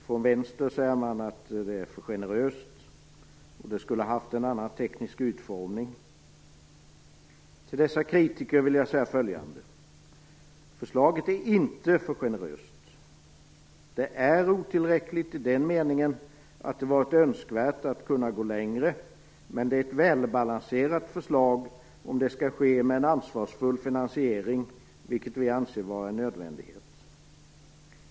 Från vänster säger man att det är för generöst och att det skulle ha haft en annan teknisk utformning. Till dessa kritiker vill jag säga följande: Förslaget är inte för generöst. Det är otillräckligt i den meningen att det varit önskvärt att kunna gå längre, men det är ett välbalanserat förslag om det skall ske med en ansvarsfull finansiering, vilket vi anser vara en nödvändighet.